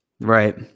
Right